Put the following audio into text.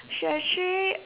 she actually